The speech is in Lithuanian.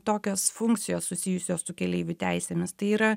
tokios funkcijos susijusios su keleivių teisėmis tai yra